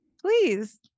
Please